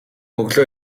өглөө